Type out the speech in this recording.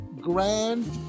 grand